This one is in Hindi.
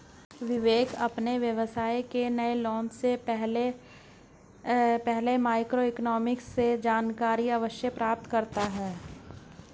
विवेक अपने व्यवसाय के नए लॉन्च से पहले माइक्रो इकोनॉमिक्स से जानकारी अवश्य प्राप्त करता है